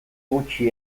gutxi